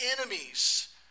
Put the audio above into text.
enemies